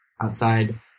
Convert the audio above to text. outside